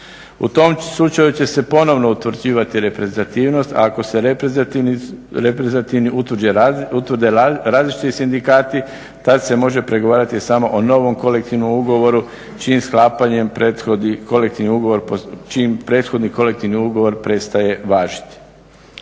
U tom slučaju će se ponovno utvrđivati reprezentativnost. A ako se reprezentativni utvrde različiti sindikati tada se može pregovarati samo o novom kolektivnom ugovoru čijem sklapanjem prethodi kolektivni ugovor, čijim